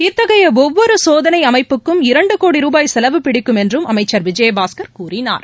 இத்தகைய ஒவ்வொரு சோதனை அமைப்புக்கும் இரண்டு கோடி ரூபாய் செலவு பிடிக்கும் என்றும் அமைச்சர் விஜயபாஸ்கர் கூறினார்